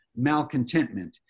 malcontentment